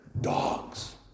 Dogs